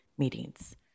Meetings